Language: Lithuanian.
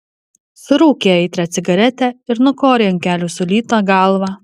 surūkė aitrią cigaretę ir nukorė ant kelių sulytą galvą